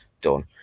done